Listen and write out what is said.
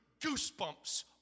goosebumps